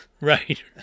right